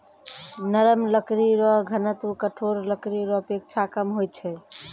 नरम लकड़ी रो घनत्व कठोर लकड़ी रो अपेक्षा कम होय छै